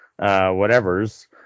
whatevers